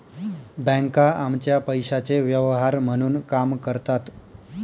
बँका आमच्या पैशाचे व्यवहार म्हणून काम करतात